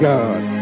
God